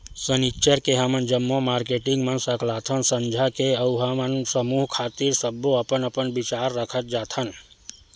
सनिच्चर के हमन जम्मो मारकेटिंग मन सकलाथन संझा के अउ हमर समूह खातिर सब्बो अपन अपन बिचार रखत जाथन